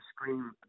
scream